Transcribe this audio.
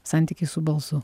santykį su balsu